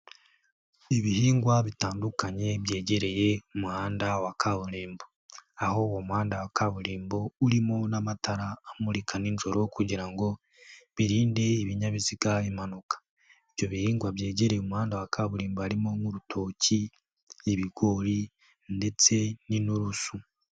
Ibihingwa bitandukanye byegereye umuhanda wa kaburimbo, aho uwo muhanda wa kaburimbo urimo n'amatara amurika nijoro kugira ngo birinde ibinyabiziga impanuka. Ibyo bihingwa byegereye umuhanda wa kaburimbo harimo nk'urutoki, ibigori ndetse n'inturusu.